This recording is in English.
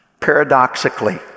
paradoxically